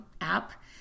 app